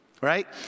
right